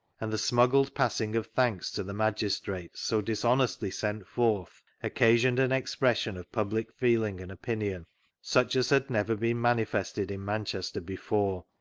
and the smuggled passing of thanks to the magis trates so dishonestly sent forth occasioned an ex pression of public feeling and opinion such as had never been manifested in manchesver before.